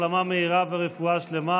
אפשר לעשות הידברות.